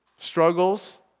Struggles